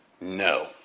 no